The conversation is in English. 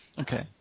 okay